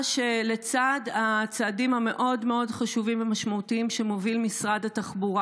לצד הצעדים המאוד-מאוד חשובים ומשמעותיים שמוביל משרד התחבורה,